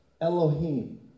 Elohim